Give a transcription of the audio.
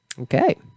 Okay